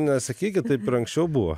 na sakykit taip ir anksčiau buvo